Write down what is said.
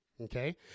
okay